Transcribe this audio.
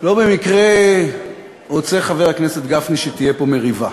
לא במקרה רוצה חבר הכנסת גפני שתהיה פה מריבה,